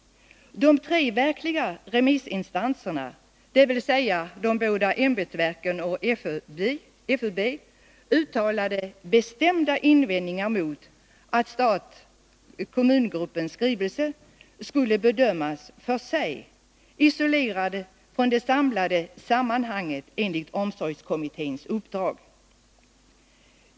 De tre verkliga remissinstanserna, dvs. de båda ämbetsverken och FUB, uttalade bestämda invändningar mot att stat-kommun-gruppens skrivelse skulle bedömas för sig, isolerad från det samlade sammanhanget enligt omsorgskommitténs uppdrag.